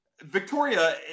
Victoria